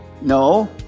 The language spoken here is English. No